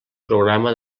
programa